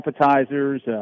appetizers